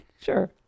Sure